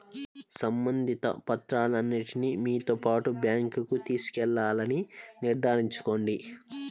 సంబంధిత పత్రాలన్నింటిని మీతో పాటు బ్యాంకుకు తీసుకెళ్లాలని నిర్ధారించుకోండి